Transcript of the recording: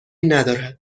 ندارد